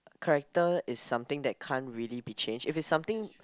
character is something that can't really be change if it's something